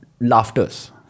Laughters